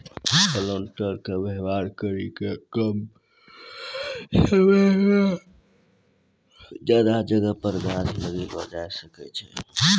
planter के वेवहार करी के कम समय मे ज्यादा जगह पर गाछ लगैलो जाय सकै छै